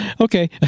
okay